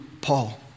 Paul